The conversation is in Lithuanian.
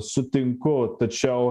sutinku tačiau